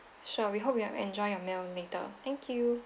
sure we hope you will enjoy your meal later thank you